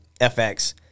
FX